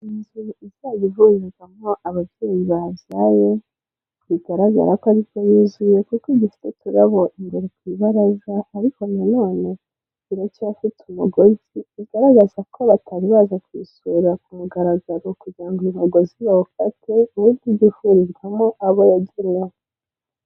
Inzu izajya ivurirwamo ababyeyi babyaye, bigaragara ko aribwo yuzuye, kuko inzu ifite uturabo imbere ku ibaraza, ariko na nonone iracyafite umugozi bigaragaza ko batari baza kuyisura ku mugaragaro kugira ngo uyu mugozi bawukate, ubundi ijye ivurirwamo abo yagenewe.